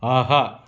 ஆஹா